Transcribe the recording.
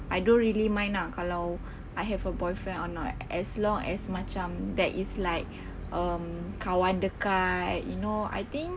I don't really mind lah kalau I have a boyfriend or not as long as macam that is like um kawan dekat you know I think